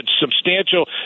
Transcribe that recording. substantial